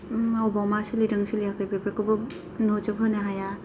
अबाव मा सोलिदों सोलियाखै बेफोरखौबो नुजोबहोनो हाया